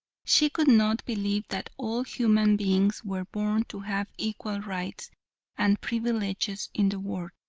she could not believe that all human beings were born to have equal rights and privileges in the world.